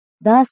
Thus